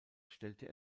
stellte